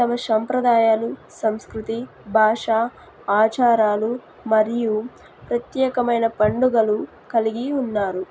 తమ సాంప్రదాయాలు సంస్కృతి భాష ఆచారాలు మరియు ప్రత్యేకమైన పండుగలు కలిగి ఉన్నారు